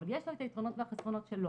אבל יש לו את היתרונות והחסרונות שלו.